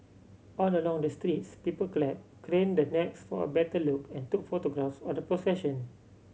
all along the streets people clapped craned their necks for a better look and took photographs of the procession